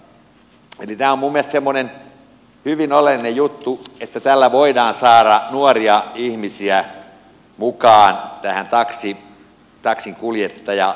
tämä on minun mielestä semmoinen hyvin oleellinen juttu että tällä voidaan saada nuoria ihmisiä mukaan taksinkuljettajatehtäviin